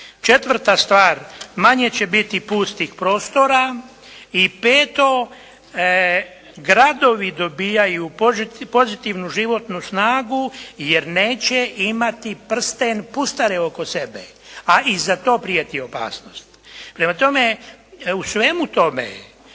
Četvrta stvar, manje će biti pustih prostora i peto, gradovi dobivaju pozitivnu životnu snagu jer neće imati prsten pustare oko sebe, a i za to prijeti opasnost. Prema tome, u svemu tome